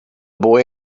boy